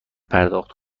پرداخت